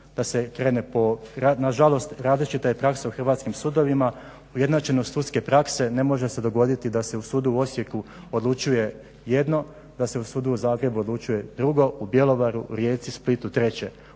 na žalost različita je praksa u hrvatskim sudovima, ujednačenost sudske prakse ne može se dogoditi da se u sudu u Osijeku odlučuje jedno, da se u sudu u Zagrebu odlučuje drugo, u Bjelovaru, Rijeci, Splitu treće,